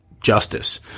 justice